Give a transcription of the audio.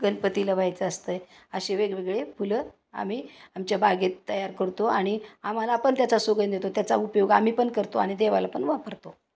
गणपतीला वहायचं असतं आहे असे वेगवेगळे फुलं आम्ही आमच्या बागेत तयार करतो आणि आम्हाला पण त्याचा सुगंंध येतो त्याचा उपयोग आम्ही पण करतो आणि देवाला पण वापरतो